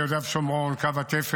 יישובי יהודה ושומרון, קו התפר,